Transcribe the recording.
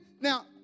Now